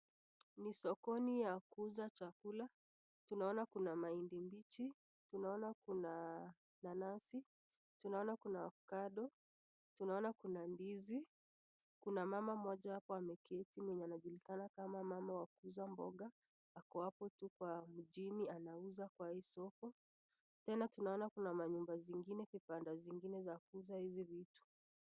Nisokoni ya kuuza chakula tunaona kuna mahindi mbichi, tunaona kuna nanasi, tunaona kuna ovakado, tunaona kuna ndizi, kunamama moja hapo anajulikana kama mama wakuuza mboga yuko hapo tu kwa anauza kwa hii soko tena tunaona kuna manyumaba zingine manymba vibanda zingine za kuuza hizi vitu.